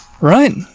Right